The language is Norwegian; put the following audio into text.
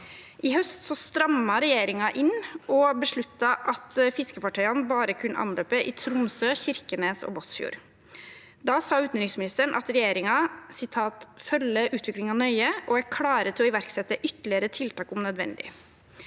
I høst strammet regjeringen inn og besluttet at fiskefartøyene bare kunne anløpe i Tromsø, Kirkenes og Båtsfjord. Da sa utenriksministeren at regjeringen «følger utvikling nøye og er klare til å iverksette ytterligere tiltak om nødvendig».